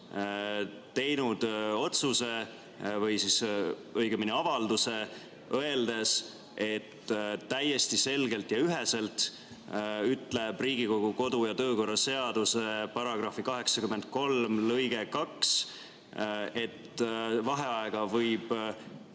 teinud otsuse või õigemini avalduse, öeldes, et täiesti selgelt ja üheselt ütleb Riigikogu kodu- ja töökorra seaduse § 83 lõige 2, et vaheaega võib